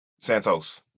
Santos